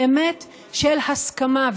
באמת של הסכמה,